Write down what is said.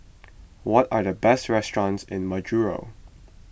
what are the best restaurants in Majuro